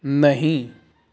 نہیں